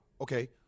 okay